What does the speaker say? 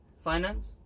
finance